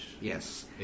Yes